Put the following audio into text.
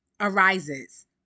arises